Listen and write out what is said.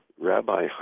Rabbi